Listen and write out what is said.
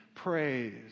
praise